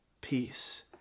Peace